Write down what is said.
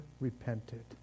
repented